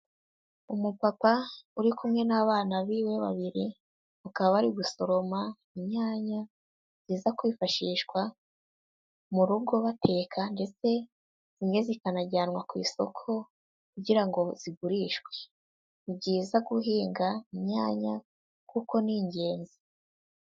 Umupapa uri kumwe n'abana biwe babiri ukaba bari gusoroma inyanya ziza kwifashishwa mu rugo bateka ndetse zimwe zikanajyanwa ku isoko kugira ngo zigurishwe, ni byiza guhinga imyanya kuko ni ingenzi.